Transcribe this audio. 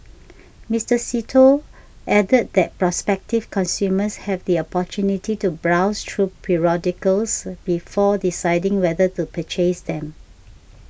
Mister See Tho added that prospective consumers have the opportunity to browse through periodicals before deciding whether to purchase them